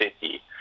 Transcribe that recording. city